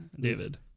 David